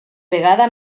vegada